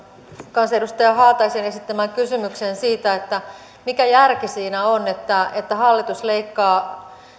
kansanedustaja haataisen esittämään kysymykseen siitä mikä järki on siinä että hallitus leikkaa